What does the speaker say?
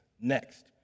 Next